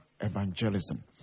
evangelism